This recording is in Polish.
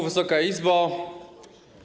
Wysoka Izbo!